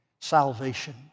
salvation